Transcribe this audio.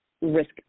risk